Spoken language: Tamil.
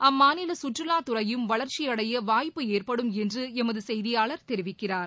அம்மாநில சுற்றுலாத்துறையும் வளர்ச்சி அடைய வாய்ப்பு ஏற்படும் என்று எமது செய்தியாளர் தெரிவிக்கிறார்